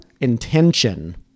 intention